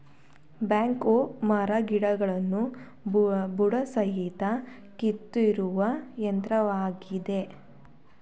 back ಹೋ ಮರಗಿಡಗಳನ್ನು ಬುಡಸಮೇತ ಕಿತ್ತೊಗೆಯುವ ಯಂತ್ರವಾಗಿದೆ